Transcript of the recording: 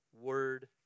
Word